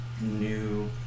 new